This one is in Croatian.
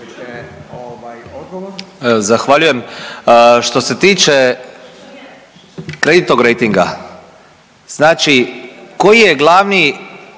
Zahvaljujem. Što se tiče kreditnoj rejtinga, znači koji je glavni